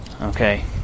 Okay